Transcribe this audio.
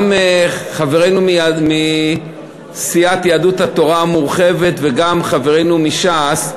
גם חברינו מסיעת יהדות התורה המורחבת וגם חברינו מש"ס,